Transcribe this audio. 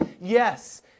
Yes